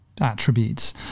attributes